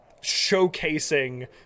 showcasing